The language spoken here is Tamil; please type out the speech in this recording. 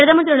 பிரதமர் திரு